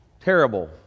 Terrible